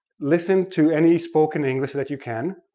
listen to any spoken english that you can.